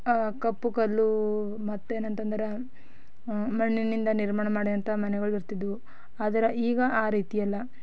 ಕಪ್ಪು ಕಲ್ಲು ಮತ್ತೇನು ಅಂತಂದ್ರೆ ಮಣ್ಣಿನಿಂದ ನಿರ್ಮಾಣ ಮಾಡಿದಂಥ ಮನೆಗಳಿರ್ತಿದ್ವು ಆದ್ರೆ ಈಗ ಆ ರೀತಿ ಅಲ್ಲ